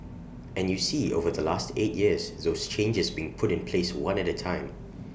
and you see over the last eight years those changes being put in place one at A time